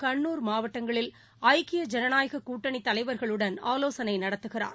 கண்னூர் மாவட்டங்களில் ஐக்கிய ஜனநாயக கூட்டணித் தலைவர்களுடன் ஆலோசனை நடத்துகிறார்